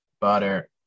butter